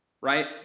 right